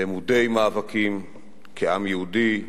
למודי מאבקים כעם יהודי,